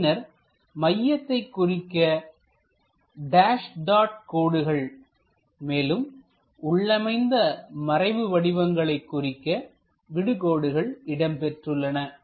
பின்னர் மையத்தை குறிக்க டேஷ் டாட் கோடுகள் மேலும் உள்ளமைந்த மறைவு வடிவங்களை குறிக்க விடு கோடுகள் இடம்பெறுகின்றன